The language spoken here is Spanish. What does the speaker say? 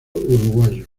uruguayo